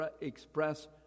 express